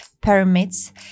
permits